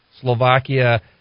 Slovakia